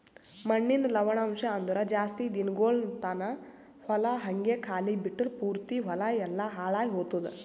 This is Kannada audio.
ಮಣ್ಣಿನ ಲವಣಾಂಶ ಅಂದುರ್ ಜಾಸ್ತಿ ದಿನಗೊಳ್ ತಾನ ಹೊಲ ಹಂಗೆ ಖಾಲಿ ಬಿಟ್ಟುರ್ ಪೂರ್ತಿ ಹೊಲ ಎಲ್ಲಾ ಹಾಳಾಗಿ ಹೊತ್ತುದ್